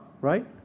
right